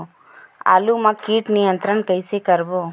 आलू मा कीट नियंत्रण कइसे करबो?